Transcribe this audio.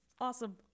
Awesome